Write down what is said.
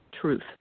truth